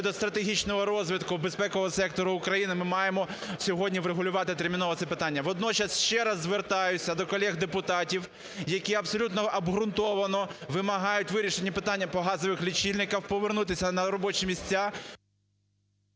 щодо стратегічно розвитку безпекового сектору України, ми маємо сьогодні врегулювати терміново це питання. Водночас ще раз звертаюся до колег депутатів, які абсолютно обґрунтовано вимагають вирішення питання по газових лічильниках, повернутися на робочі місця…